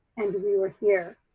and we were here.